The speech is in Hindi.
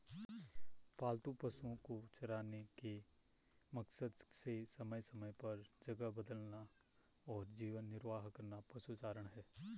पालतू पशुओ को चराने के मकसद से समय समय पर जगह बदलना और जीवन निर्वाह करना पशुचारण है